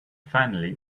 finally